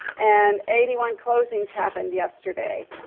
and eighty one closings happened yesterday.